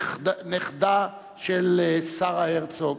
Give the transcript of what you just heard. נכדה של שרה הרצוג,